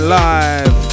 live